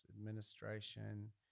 Administration